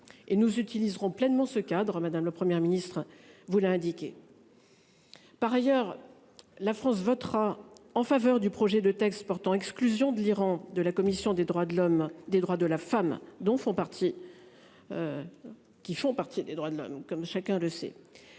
nous utiliserons pleinement ce cadre à madame le Première ministre vous l'a indiqué. Par ailleurs la France votera en faveur du projet de texte portant exclusion de l'Iran de la commission des droits de l'homme, des droits de la femme dont font